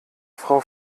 frau